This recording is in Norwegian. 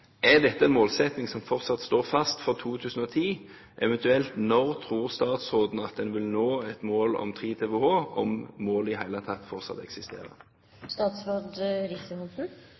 Er dette en målsetting som fortsatt står fast for 2010 – eventuelt når tror statsråden at en vil nå et mål om 3 TWh, om målet i det hele tatt fortsatt